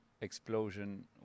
explosion